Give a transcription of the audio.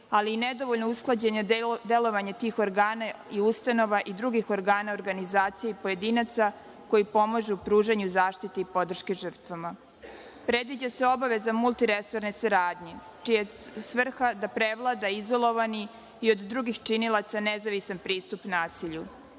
ali nedovoljno usklađeno delovanja tih organa i ustanova i drugih organa i organizacije i pojedinaca koji pomažu pružanju i zaštiti i podrške žrtvama. Predviđa se obaveza multiresorne saradnje, čija je svrha da prevlada izolovani i od drugih činilaca nezavisan pristup nasilju.